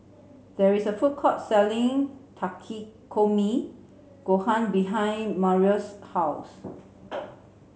there is a food court selling Takikomi Gohan behind Marius' house